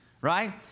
right